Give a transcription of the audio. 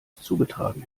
zugetragen